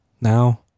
now